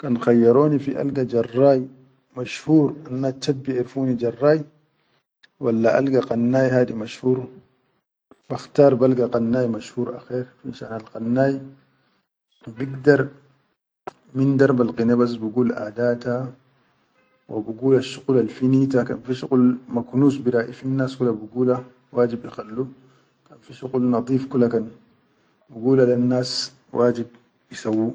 Kan khayyaroni fi alga jarray, mashhur annas chat biʼerfu ni jarray walla alga kannai hadi mashhur, bakhtar balga kannai masshur akher finshan al kannai, bagdar min darabal kine bas bigul adata, wa bigula shuqulal fi nita kan fi shuqul makunus bi raʼi fin nas kula bigul wajib ikhallu kan fi shuqul nadeef kula kan bigula lel nas wajib isawwu.